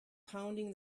pounding